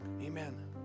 Amen